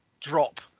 drop